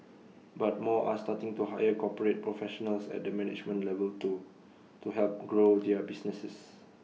but more are starting to hire corporate professionals at the management level too to help grow their businesses